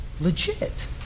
legit